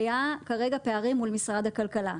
היו כרגע פערים מול משרד הכלכלה.